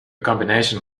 combination